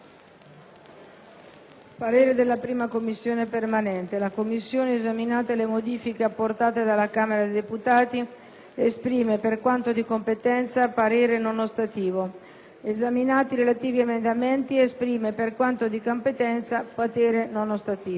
«La 1a Commissione permanente, esaminate le modifiche apportate dalla Camera dei deputati, esprime, per quanto di competenza, parere non ostativo. Esaminati i relativi emendamenti, esprime, per quanto di competenza, parere non ostativo».